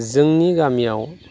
जोंनि गामियाव